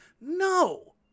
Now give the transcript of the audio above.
No